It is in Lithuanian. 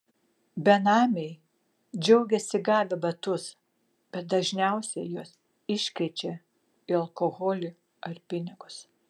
benamiai džiaugiasi gavę batus bet dažniausiai juos iškeičia į alkoholį ar pinigus